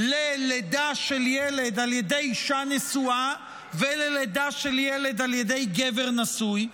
ללידה של ילד על ידי אישה נשואה וללידה של גבר על ידי גבר נשוי.